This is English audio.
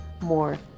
more